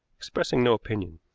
expressing no opinion.